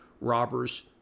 robbers